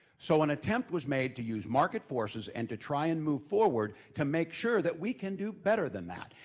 so an attempt was made to use market forces and to try and move forward to make sure that we can do better than that.